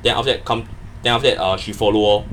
then after that come then after that uh she follow orh